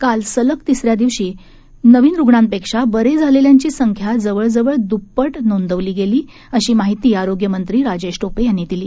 काल सलग तिसऱ्या दिवशी नवीन रुग्णांपेक्षा बरे झालेल्यांची संख्या जवळपास दुप्पट नोंदवली गेली आहे अशी माहिती आरोग्यमंत्री राजेश टोपे यांनी दिली